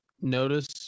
Notice